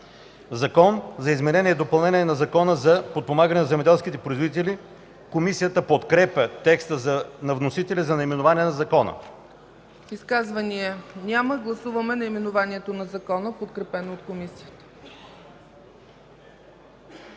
„Закон за изменение и допълнение на Закона за подпомагане на земеделските производители”. Комисията подкрепя текста на вносителя за наименованието на Закона. ПРЕДСЕДАТЕЛ ЦЕЦКА ЦАЧЕВА: Изказвания? Няма. Гласуваме наименованието на Закона, подкрепено от Комисията.